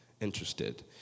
interested